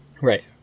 Right